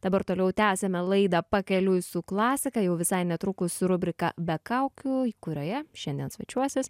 dabar toliau tęsiame laidą pakeliui su klasika jau visai netrukus rubrika be kaukių kurioje šiandien svečiuosis